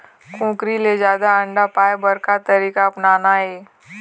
कुकरी से जादा अंडा पाय बर का तरीका अपनाना ये?